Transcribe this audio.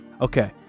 Okay